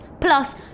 plus